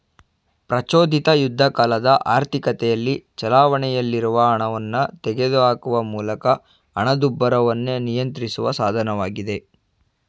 ಪ್ರಚೋದಿತ ಯುದ್ಧಕಾಲದ ಆರ್ಥಿಕತೆಯಲ್ಲಿ ಚಲಾವಣೆಯಲ್ಲಿರುವ ಹಣವನ್ನ ತೆಗೆದುಹಾಕುವ ಮೂಲಕ ಹಣದುಬ್ಬರವನ್ನ ನಿಯಂತ್ರಿಸುವ ಸಾಧನವಾಗಿದೆ